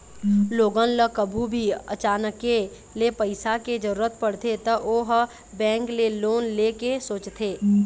लोगन ल कभू भी अचानके ले पइसा के जरूरत परथे त ओ ह बेंक ले लोन ले के सोचथे